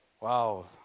Wow